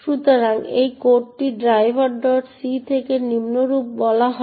সুতরাং এই কোডটি ড্রাইভারc থেকে নিম্নরূপ বলা হয়